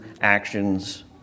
actions